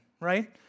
right